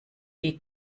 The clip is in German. die